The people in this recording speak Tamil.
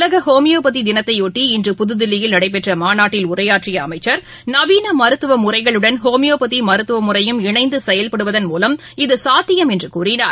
உலகஹோமியோபதிதினத்தைஒட்டி இன்று புதுதில்லியில் நடைபெற்றமாநாட்டில் உரையாற்றியஅமைச்சர் நவீனமருத்துவமுறைகளுடன் ஹோமியோபதிமருத்துவமுறையும் இணைந்துசெயல்படுவதன் மூலம் இது சாத்தியம் என்றுஅவர் கூறியுள்ளார்